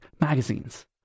magazines